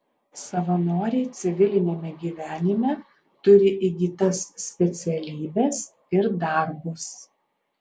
savanoriai civiliniame gyvenime turi įgytas specialybes ir darbus